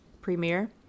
premiere